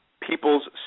people's